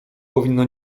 powinno